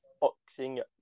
boxing